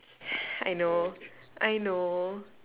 I know I know